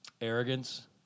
arrogance